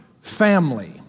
family